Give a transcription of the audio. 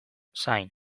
zain